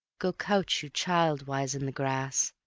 go couch you childwise in the grass,